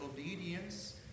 obedience